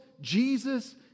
Jesus